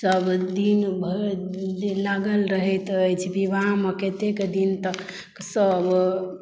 सब दिन भरि दिन लागल रहैत अछि विवाह मे कतेक दिन तक सब